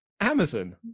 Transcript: Amazon